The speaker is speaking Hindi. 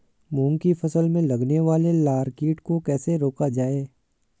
मूंग की फसल में लगने वाले लार कीट को कैसे रोका जाए?